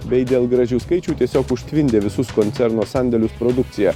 bei dėl gražių skaičių tiesiog užtvindė visus koncerno sandėlius produkcija